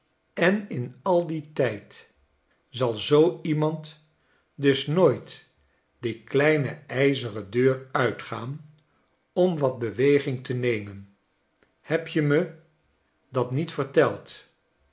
en in al dien tijd zal zoo iemand dus nooit die kleine ijzeren deur uitgaan om watbeweging te nemen heb je me dat niet verteld